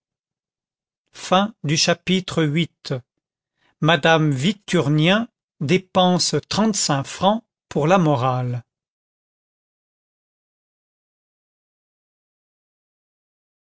chapitre viii madame victurnien dépense trente-cinq francs pour la morale